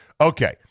Okay